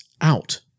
out